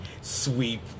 Sweep